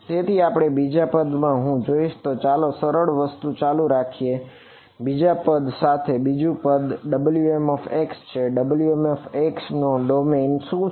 તેથી બીજા પદ માં જો હું જોઇશ તો ચાલો સરળ વસ્તુ સાથે ચાલુ કરીએ બીજા પદ સાથે બીજું પદ Wmx છે Wmx નો ડોમેઈન શું છે